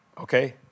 Okay